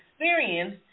experience